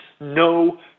no